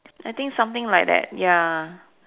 I think something like that ya